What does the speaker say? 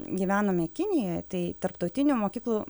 gyvenome kinijoje tai tarptautinių mokyklų